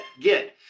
get